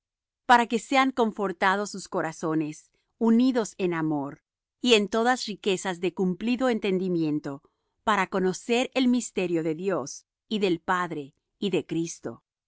para que sean confortados sus corazones unidos en amor y en todas riquezas de cumplido entendimiento para conocer el misterio de dios y del padre y de cristo